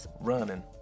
running